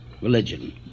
religion